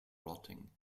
rotting